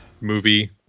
movie